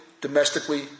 domestically